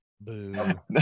Boom